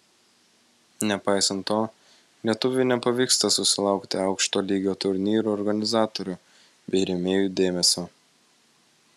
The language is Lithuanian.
nepaisant to lietuviui nepavyksta susilaukti aukšto lygio turnyrų organizatorių bei rėmėjų dėmesio